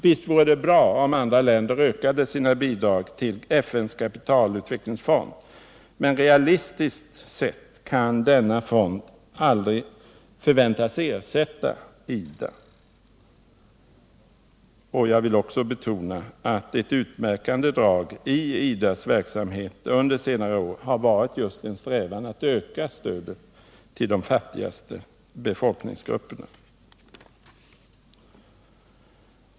Visst vore det bra om andra länder ökade sina bidrag till FN:s kapitalutvecklingsfond, men realistiskt sett kan denna fond aldrig förväntas ersätta IDA. Jag vill också betona att ett utmärkande drag i IDA:s verksamhet under senare år har varit just en strävan att öka stödet till de fattigaste befolkningsgrupperna.